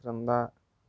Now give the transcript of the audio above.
క్రింద